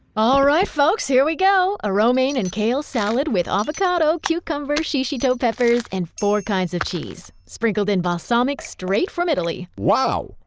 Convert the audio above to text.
folks, here we go. a romaine and kale salad with avocado, cucumber, shishito peppers, and four kinds of cheese, sprinkled in balsamic, straight from italy. wow!